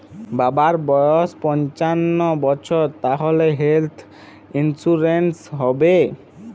বাবার বয়স পঞ্চান্ন বছর তাহলে হেল্থ ইন্সুরেন্স হবে?